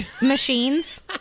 machines